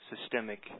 systemic